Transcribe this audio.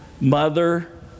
mother